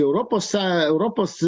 europos są europos